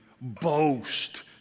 boast